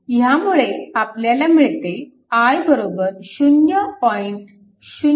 तर त्यामुळे आपल्याला मिळते i 0